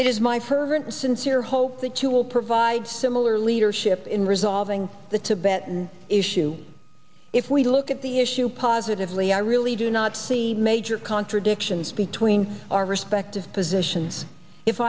is my fervent sincere hope that you will provide similar leadership in resolving the tibetan issue if we look at the issue positively i really do not see major contradictions between our respective positions if